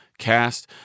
cast